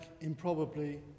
improbably